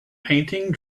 painting